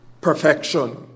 perfection